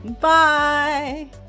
Bye